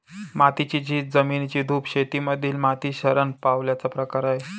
मातीची झीज, जमिनीची धूप शेती मधील माती शरण पावल्याचा प्रकार आहे